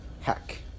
Hack